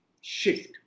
shift